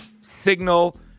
signal